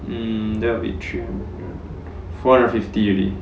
mm that would be three four hundred fifty already